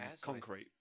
concrete